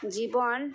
জীবন